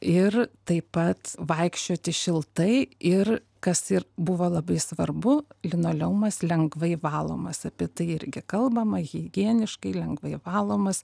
ir taip pat vaikščioti šiltai ir kas ir buvo labai svarbu linoleumas lengvai valomas apie tai irgi kalbama higieniškai lengvai valomas